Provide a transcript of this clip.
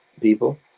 people